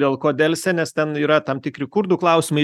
dėl ko delsia nes ten yra tam tikri kurdų klausimai